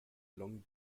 long